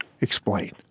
Explain